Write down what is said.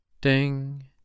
Ding